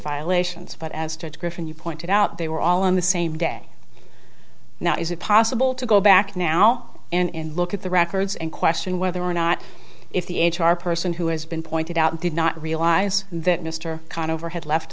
violations but as ted griffin you pointed out they were all on the same day now is it possible to go back now and look at the records and question whether or not if the h r person who has been pointed out did not realize that mr conne over had left